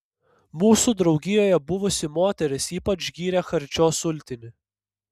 mūsų draugijoje buvusi moteris ypač gyrė charčio sultinį